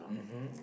mmhmm